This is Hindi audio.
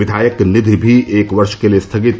विधायक निधि भी एक वर्ष के लिए स्थगित